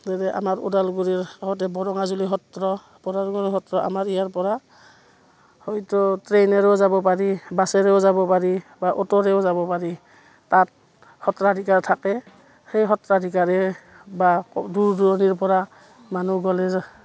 যেনে আমাৰ ওদালগুৰিৰ সত্ৰ সত্ৰ আমাৰ ইয়াৰপৰা হয়তো ট্ৰেইনেৰেও যাব পাৰি বাছেৰেও যাব পাৰি বা অ'ট'ৰেও যাব পাৰি তাত সত্ৰাধিকাৰ থাকে সেই সত্ৰাধিকাৰে বা দূৰ দূৰণিৰপৰা মানুহ গ'লে